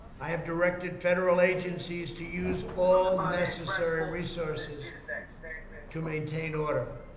i have directed federal agencies to use all necessary resources to maintain order.